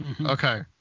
Okay